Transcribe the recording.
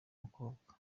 umukobwa